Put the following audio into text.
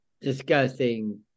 discussing